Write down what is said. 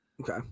okay